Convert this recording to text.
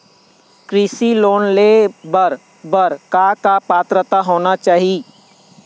कृषि लोन ले बर बर का का पात्रता होना चाही?